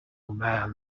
man